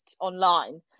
online